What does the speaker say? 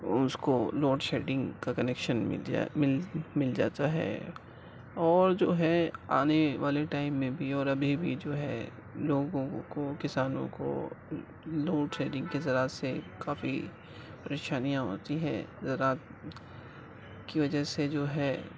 وہ اس کو لوڈ شیڈنگ کا کنیشن مل جا مل مل جاتا ہے اور جو ہے آنے والے ٹائم میں بھی اور ابھی بھی جو ہے لوگوں کو کسانوں کو لوڈ شیڈنگ کے زراعت سے کافی پریشانیاں ہوتی ہیں زراعت کی وجہ سے جو ہے